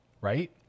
Right